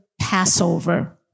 Passover